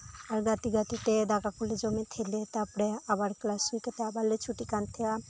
ᱜᱟᱛᱮ ᱜᱟᱛᱮᱛᱮ ᱫᱟᱠᱟᱠᱚᱞᱮ ᱡᱚᱢᱮᱫ ᱠᱟᱱ ᱛᱟᱦᱮᱱᱟᱞᱮ ᱛᱟᱨᱯᱚᱨᱮ ᱟᱵᱟᱨ ᱠᱞᱟᱥ ᱦᱩᱭᱠᱟᱛᱮᱫ ᱟᱵᱟᱨᱞᱮ ᱪᱷᱩᱴᱤᱜ ᱠᱟᱱ ᱛᱟᱦᱮᱱᱟᱞᱮ